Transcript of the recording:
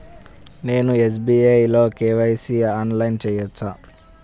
నేను ఎస్.బీ.ఐ లో కే.వై.సి ఆన్లైన్లో చేయవచ్చా?